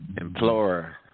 employer